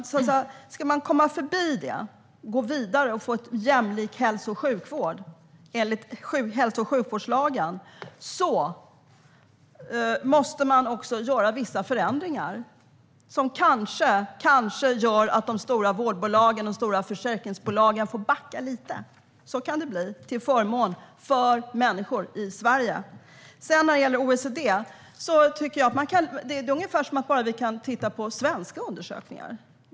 Ska man komma förbi det, gå vidare och få en jämlik hälso och sjukvård enligt hälso och sjukvårdslagen måste man göra vissa förändringar som kanske, kanske gör att de stora vårdbolagen och de stora försäkringsbolagen får backa lite. Så kan det bli, till förmån för människor i Sverige. När det gäller OECD tycker jag att det är ungefär som att vi bara kan titta på svenska undersökningar.